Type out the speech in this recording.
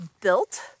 built